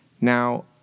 Now